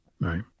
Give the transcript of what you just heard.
right